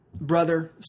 brother